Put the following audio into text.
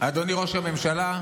אדוני ראש הממשלה,